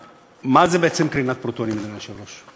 מה זה בעצם קרינת פרוטונים, אדוני היושב-ראש?